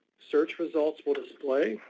search results will display,